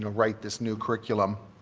write this new curriculum.